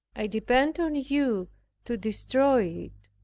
i depend on you to destroy it,